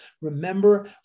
Remember